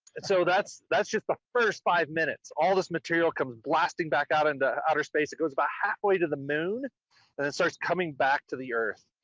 so that's that's just the first five minutes. all this material comes blasting back out into outer space. it goes about halfway to the moon and it starts coming back to the earth.